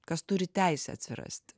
kas turi teisę atsirasti